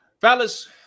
Fellas